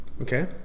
okay